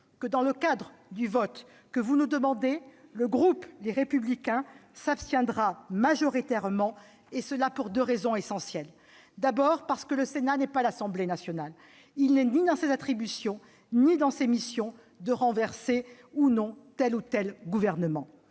que, dans le cadre du vote que vous nous demandez, le groupe Les Républicains s'abstiendra majoritairement, pour ces deux raisons essentielles. D'abord, parce que le Sénat n'est pas l'Assemblée nationale : il n'est ni dans ses attributions ni dans ses missions de renverser ou non tel ou tel gouvernement.